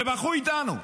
ובכו איתנו.